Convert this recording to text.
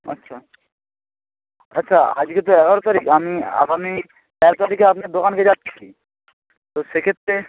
আচ্ছা আচ্ছা আজকে তো এগারো তারিখ আমি আগামী তেরো তারিখে আপনার দোকানকে যাচ্ছি তো সেক্ষেত্রে